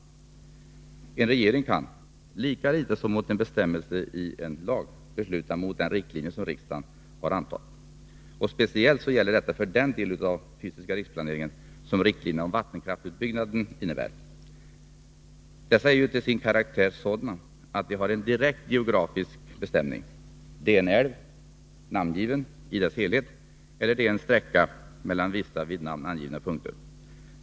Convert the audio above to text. En regering kan inte besluta mot riktlinjer som riksdagen antagit — lika litet som mot en bestämmelse i lag. Speciellt gäller detta för den del av FRP som riktlinjerna om vattenkraftsutbyggnad utgör. Dessa är ju till sin karaktär sådana att de har en direkt geografisk bestämning — det är en namngiven älv i dess helhet eller en sträcka mellan vissa med namn angivna punkter.